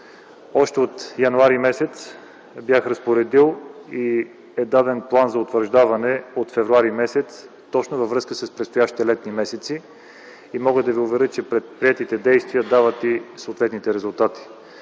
Още от януари бях разпоредил и е даден план за утвърждаване от февруари т.г. във връзка с предстоящите летни месеци. Мога да Ви уверя, че предприетите действия дават и съответните резултати.